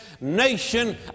nation